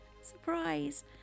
Surprise